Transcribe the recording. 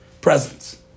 presence